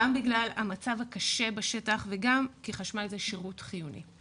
גם בגלל המצב הקשה בשטח וגם כי חשמל זה שירות חיוני.